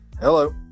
Hello